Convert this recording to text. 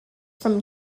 from